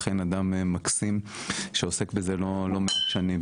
אכן אדם מקסים שעוסק בזה לא מעט שנים,